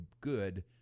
good